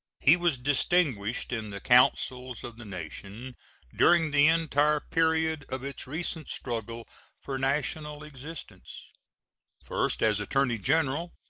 he was distinguished in the councils of the nation during the entire period of its recent struggle for national existence first as attorney-general,